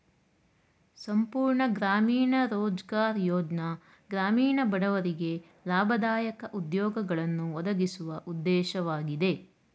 ಸಂಪೂರ್ಣ ಗ್ರಾಮೀಣ ರೋಜ್ಗಾರ್ ಯೋಜ್ನ ಗ್ರಾಮೀಣ ಬಡವರಿಗೆ ಲಾಭದಾಯಕ ಉದ್ಯೋಗಗಳನ್ನು ಒದಗಿಸುವ ಉದ್ದೇಶವಾಗಿದೆ